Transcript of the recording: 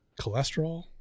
Cholesterol